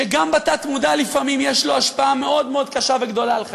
שגם בתת-מודע לפעמים יש לו השפעה מאוד מאוד קשה וגדולה על חיינו,